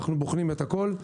אנחנו בוחנים את הכול.